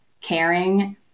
caring